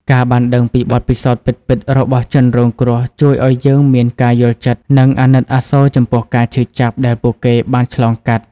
ការបានដឹងពីបទពិសោធន៍ពិតៗរបស់ជនរងគ្រោះជួយឲ្យយើងមានការយល់ចិត្ត និងអាណិតអាសូរចំពោះការឈឺចាប់ដែលពួកគេបានឆ្លងកាត់។